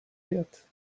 yet